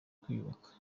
kwiyubaka